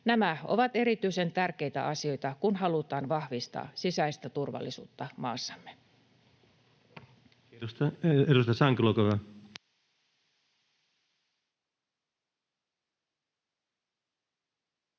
Nämä ovat erityisen tärkeitä asioita, kun halutaan vahvistaa sisäistä turvallisuutta maassamme. [Speech